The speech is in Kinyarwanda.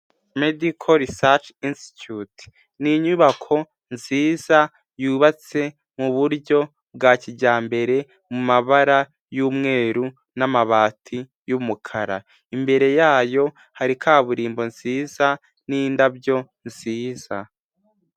Medicolli sach instut inyubako nziza yubatse muburyo bwa kijyambere mumabara yumweru n'amabati y'umukara imbere yayo hari kaburimbo nziza nindabyo nziza.